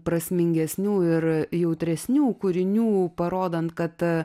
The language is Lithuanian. prasmingesnių ir jautresnių kūrinių parodant kad